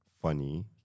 funny